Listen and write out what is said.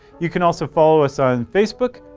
you can also follow us on facebook,